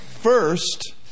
first